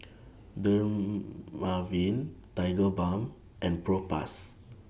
Dermaveen Tigerbalm and Propass